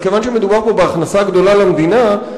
אבל כיוון שמדובר פה בהכנסה גדולה למדינה,